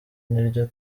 niryo